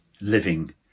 living